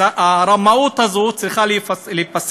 אז הרמאות הזו צריכה להיפסק,